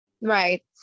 Right